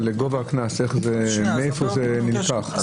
היושב-ראש, גובה הקנס מאיפה זה נלקח?